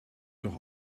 doch